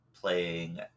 playing